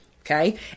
okay